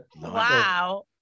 Wow